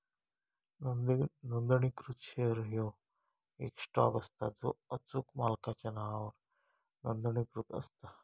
नोंदणीकृत शेअर ह्यो येक स्टॉक असता जो अचूक मालकाच्या नावावर नोंदणीकृत असता